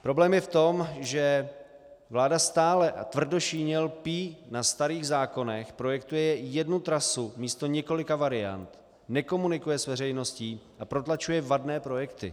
Problém je v tom, že vláda stále tvrdošíjně lpí na starých zákonech, projektuje jednu trasu místo několika variant, nekomunikuje s veřejností a protlačuje vadné projekty.